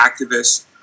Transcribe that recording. activists